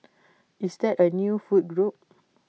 is that A new food group